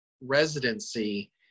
residency